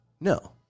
No